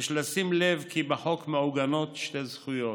יש לשים לב כי בחוק מעוגנות שתי זכויות: